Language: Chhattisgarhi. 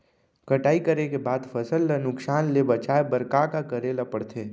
कटाई करे के बाद फसल ल नुकसान ले बचाये बर का का करे ल पड़थे?